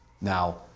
now